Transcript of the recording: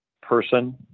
person